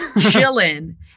chilling